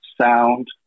sound